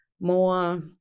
more